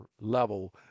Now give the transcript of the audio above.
level